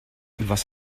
was